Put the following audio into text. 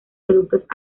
productos